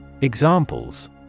Examples